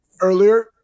earlier